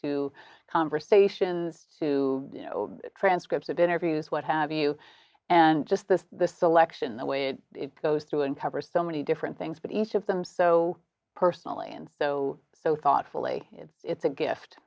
to conversations to you know transcripts of interviews what have you and just the the selection the way it goes through and cover so many different things but each of them so personally and so so thoughtfully it's a gift